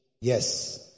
Yes